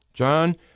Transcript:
John